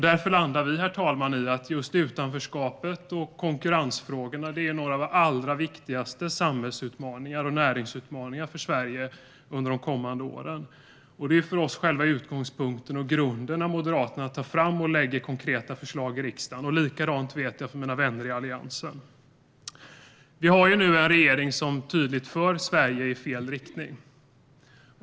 Därför landar vi, herr talman, i att just utanförskapet och konkurrensfrågorna hör till de allra viktigaste samhällsutmaningarna och näringsutmaningarna för Sverige under de kommande åren. Det är för oss moderater utgångspunkten och grunden när vi lägger fram konkreta förslag i riksdagen. Likadant vet jag att det är för mina vänner i Alliansen. Vi har nu en regering som tydligt för Sverige i fel riktning.